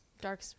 dark